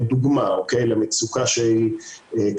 אני מראה לכם דברים שהם אמיתיים,